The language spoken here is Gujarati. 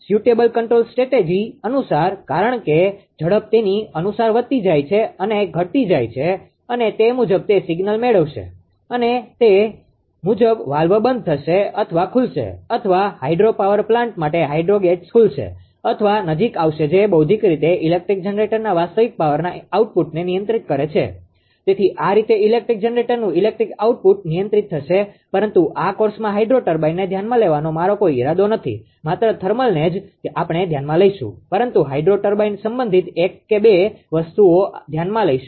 સુટેબલ કન્ટ્રોલ સ્ટ્રેટેજીsuitable control strategyયોગ્ય નિયંત્રણ વ્યૂહરચના અનુસાર કારણ કે ઝડપ તેની અનુસાર વધતી જાય છે અને ઘટતી જાય છે અને તે મુજબ તે સિગ્નલ મેળવશે અને તે મુજબ વાલ્વ બંધ થશે અથવા ખુલશે અથવા હાઇડ્રો પાવર પ્લાન્ટ માટે હાઈડ્રો ગેટ્સ ખુલશે અથવા નજીક આવશે જે બૌદ્ધિક રીતે ઇલેક્ટ્રિક જનરેટરના વાસ્તવિક પાવરના આઉટપુટને નિયંત્રિત કરે છે તેથી આ રીતે ઇલેક્ટ્રિક જનરેટરનુ ઇલેક્ટ્રિક આઉટપુટ નિયંત્રિત થશે પરંતુ આ કોર્સમાં હાઈડ્રો ટર્બાઇનને ધ્યાનમાં લેવાનો મારો કોઈ ઇરાદો નથી માત્ર થર્મલને જ આપણે ધ્યાનમાં લઈશું પરંતુ હાઈડ્રો ટર્બાઇન સંબંધિત એક કે બે વસ્તુઓ ધ્યાનમાં લઈશું